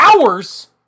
hours